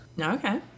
Okay